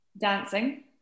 Dancing